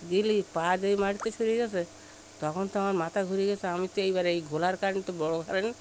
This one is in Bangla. পা যেই মাটির থেকে সরে গিয়েছে তখন তো আমার মাথা ঘুরে গিয়েছে আমি তো এইবারে এই ঘোলার কারেন্ট তো বড় কারেন্ট